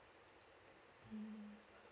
mm